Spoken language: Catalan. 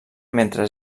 mentre